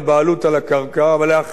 ולאחר ההסדרה הזאת: